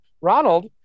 Ronald